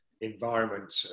environment